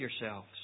yourselves